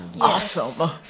Awesome